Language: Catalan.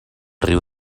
riu